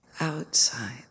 outside